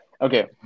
Okay